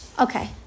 Okay